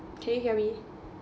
can you hear me